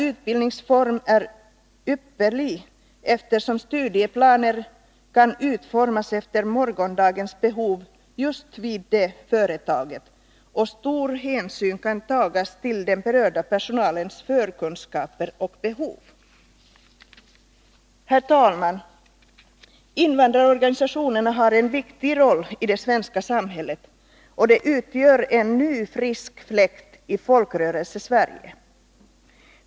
Utbildningsformen är ypperlig, eftersom studieplanen kan utformas efter morgondagens behov i det aktuella företaget och stor hänsyn kan tas till den berörda personalens förkunskaper och behov. Herr talman! Invandrarorganisationerna har en viktig roll i det svenska samhället och de utgör en ny frisk fläkt i Folkrörelsesverige.